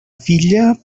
filla